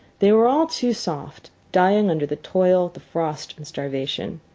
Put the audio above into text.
they were all too soft, dying under the toil, the frost, and starvation.